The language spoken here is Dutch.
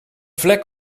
vlek